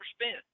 spent